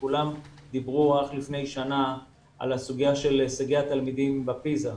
כולם דיברו רק לפני שנה על הסוגיה של הישגי התלמידים בפיזה.